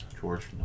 George